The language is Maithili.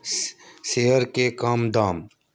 श शेअरके कम दाम